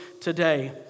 today